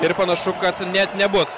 ir panašu kad net nebus